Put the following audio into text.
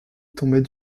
tombait